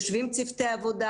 צוותי עבודה